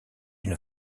une